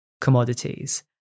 commodities